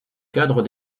cadre